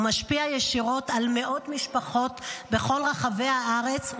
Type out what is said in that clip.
הוא משפיע ישירות על מאות משפחות בכל רחבי הארץ,